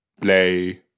Play